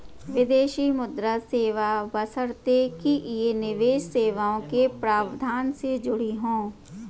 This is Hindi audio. विदेशी मुद्रा सेवा बशर्ते कि ये निवेश सेवाओं के प्रावधान से जुड़ी हों